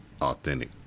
authentic